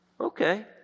okay